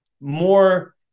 more